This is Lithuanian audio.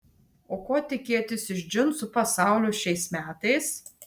o ko tikėtis iš džinsų pasaulio šiais metais